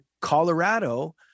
Colorado